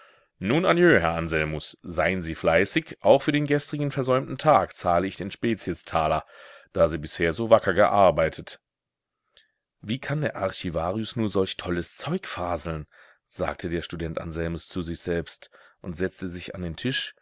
nun adieu herr anselmus sein sie fleißig auch für den gestrigen versäumten tag zahle ich den speziestaler da sie bisher so wacker gearbeitet wie kann der archivarius nur solch tolles zeug faseln sagte der student anselmus zu sich selbst und setzte sich an den tisch